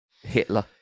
Hitler